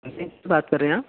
سے بات کر رہے ہیں آپ